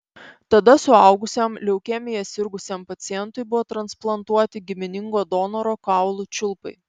tada suaugusiam leukemija sirgusiam pacientui buvo transplantuoti giminingo donoro kaulų čiulpai